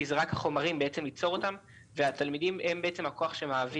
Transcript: כי זה רק ליצור את החומרים והתלמידים הם הכוח שמעביר.